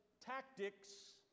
Tactics